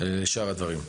לשאר הדברים.